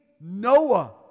Noah